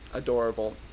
adorable